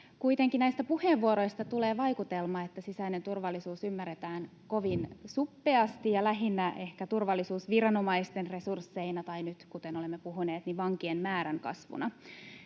Kuitenkin näistä puheenvuoroista tulee vaikutelma, että sisäinen turvallisuus ymmärretään kovin suppeasti ja lähinnä ehkä turvallisuusviranomaisten resursseina tai nyt, kuten olemme puhuneet, vankien määrän kasvuna.